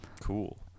Cool